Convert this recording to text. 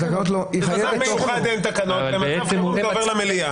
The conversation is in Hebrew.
במצב מיוחד אין תקנות, במצב חירום זה עובר למליאה.